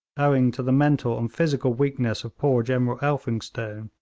owing to the mental and physical weakness of poor general elphinstone,